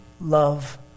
love